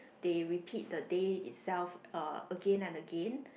they repeat the day itself uh again and again